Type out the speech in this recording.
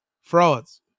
Frauds